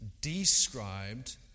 described